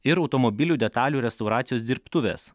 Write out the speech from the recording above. ir automobilių detalių restauracijos dirbtuvės